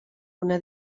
una